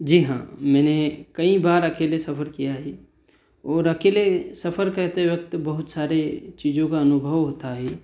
जी हाँ मैंने कईं बार अकेले सफर किया है और अकेले सफर करते वक्त बहुत सारी चीज़ों का अनुभव होता है